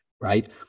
right